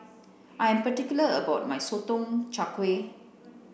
I am particular about my Sotong Char Kway